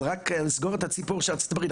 אבל רק לסגור את הסיפור מארצות הברית,